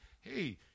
hey